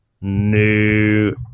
new